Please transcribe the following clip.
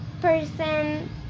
person